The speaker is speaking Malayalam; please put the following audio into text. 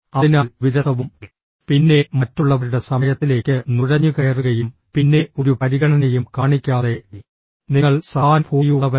അതിനാൽ വിരസവും പിന്നെ മറ്റുള്ളവരുടെ സമയത്തിലേക്ക് നുഴഞ്ഞുകയറുകയും പിന്നെ ഒരു പരിഗണനയും കാണിക്കാതെ നിങ്ങൾ സഹാനുഭൂതിയുള്ളവരാണ്